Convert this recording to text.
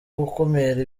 gukumira